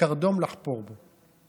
כקרדום לחפור בו.